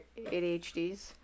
ADHDs